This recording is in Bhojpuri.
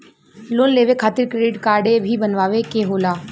लोन लेवे खातिर क्रेडिट काडे भी बनवावे के होला?